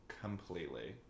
completely